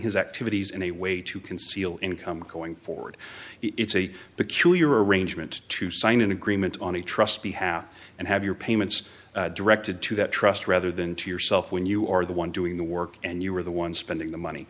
his activities in a way to conceal income going forward it's a peculiar arrangement to sign an agreement on a trustee have and have your payments directed to that trust rather than to yourself when you are the one doing the work and you are the one spending the money